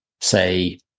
say